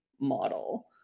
model